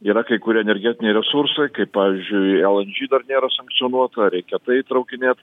yra kai kurie energetiniai resursai kaip pavyzdžiui dar nėra sankcionuota reikia tai įtraukinėt